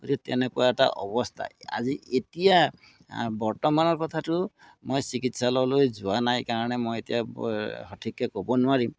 গতিকে তেনেকুৱা এটা অৱস্থা আজি এতিয়া বৰ্তমানৰ কথাটো মই চিকিৎসালয়লৈ যোৱা নাই কাৰণে মই এতিয়া সঠিককৈ ক'ব নোৱাৰিম